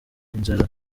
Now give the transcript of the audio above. inzira